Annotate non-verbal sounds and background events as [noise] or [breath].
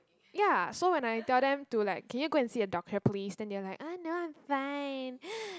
ya so when I tell them to like can you go and see a doctor please then they'll like no I'm fine [breath]